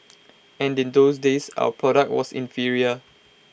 and in those days our product was inferior